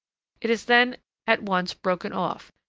it is then at once broken off,